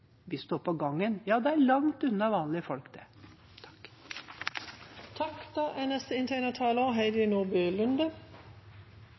vi står på gangen. Ja, det er langt unna vanlige folk.